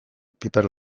piper